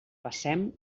passem